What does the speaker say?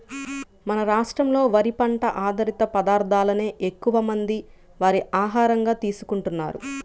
మన రాష్ట్రంలో వరి పంట ఆధారిత పదార్ధాలనే ఎక్కువమంది వారి ఆహారంగా తీసుకుంటున్నారు